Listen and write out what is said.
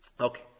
Okay